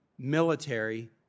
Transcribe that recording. military